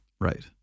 right